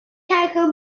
kakko